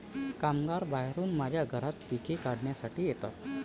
कामगार बाहेरून माझ्या घरात पिके काढण्यासाठी येतात